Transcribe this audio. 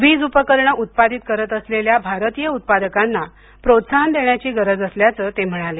वीज उपकरणं उत्पादित करत असलेल्या भारतीय उत्पादकांना प्रोत्साहन देण्याची गरज असल्याचं ते म्हणाले